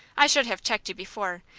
i should have checked you before,